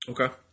Okay